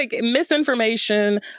misinformation